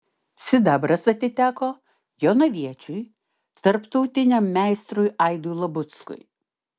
sidabras atiteko jonaviečiui tarptautiniam meistrui aidui labuckui